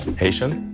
haitian?